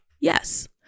Yes